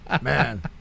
Man